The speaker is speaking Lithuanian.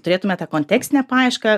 turėtume tą kontekstinę paiešką